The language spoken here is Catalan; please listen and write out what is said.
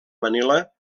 manila